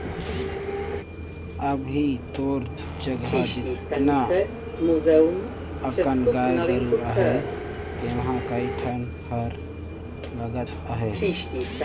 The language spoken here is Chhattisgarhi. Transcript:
अभी तोर जघा जेतना अकन गाय गोरु अहे तेम्हे कए ठन हर लगत अहे